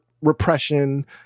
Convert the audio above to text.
repression